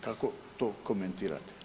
Kako to komentirate?